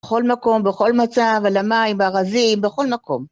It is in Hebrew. בכל מקום, בכל מצב, על המים, בארזים, בכל מקום.